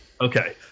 Okay